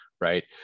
right